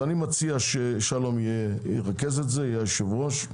אני מציע ששלום ירכז את זה, יהיה היושב-ראש,